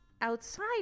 Outside